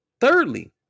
Thirdly